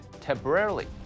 temporarily